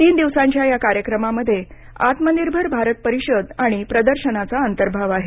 तीन दिवसांच्या या कार्यक्रमामध्ये आत्मनिर्भर भारत परिषद आणि प्रदर्शनाचा अंतर्भाव आहे